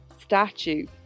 statue